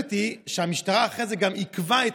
הנוספת היא שהמשטרה אחרי זה גם עיכבה את